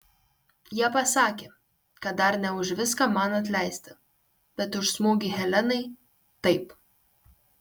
jie pasakė kad dar ne už viską man atleista bet už smūgį helenai taip